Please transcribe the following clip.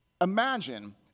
imagine